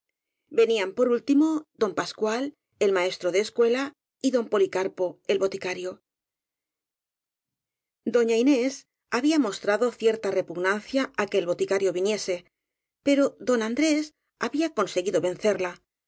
venían por último don pascual el maestro de escuela y don policarpo el boticario doña inés había mostrado cierta repugnancia á que el boticario viniese pero don andrés había conseguido vencerla